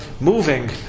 moving